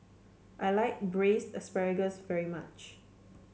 I like Braised Asparagus very much